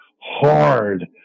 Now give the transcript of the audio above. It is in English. hard